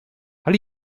how